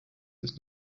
his